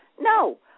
no